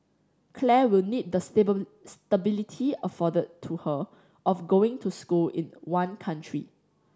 Claire will need the stability afforded to her of going to school in one country